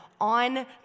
on